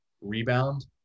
rebound